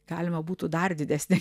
galima būtų dar didesnei